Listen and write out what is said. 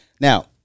Now